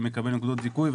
מקבל נקודות זיכוי,